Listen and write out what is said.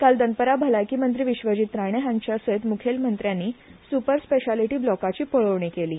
आयज दनपारा भलायकी मंत्री विश्वजीत राणे हांचे सयत म्खेलमंत्र्यांनी स्पर स्पेशालिटी ब्लॉकाची पळोवणी केली